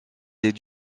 des